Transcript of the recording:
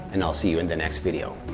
and i'll see you in the next video.